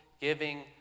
giving